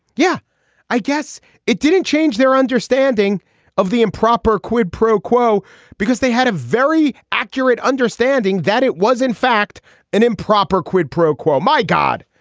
yeah i guess it didn't change their understanding of the improper quid pro quo because they had a very accurate understanding that it was in fact an improper quid pro quo. my god.